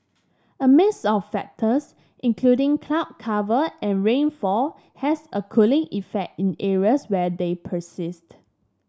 a mix of factors including cloud cover and rainfall has a cooling effect in areas where they persist